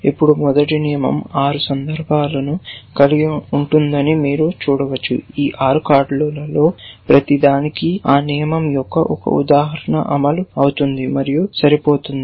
ఇప్పుడు మొదటి నియమం 6 సందర్భాలను కలిగి ఉంటుందని మీరు చూడవచ్చు ఈ 6 కార్డులలో ప్రతిదానికి ఆ నియమం యొక్క ఒక ఉదాహరణ అమలు అవుతుంది మరియు సరిపోతుంది